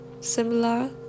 similar